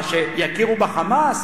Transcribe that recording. מה, שיכירו ב"חמאס"?